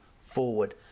forward